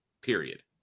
Period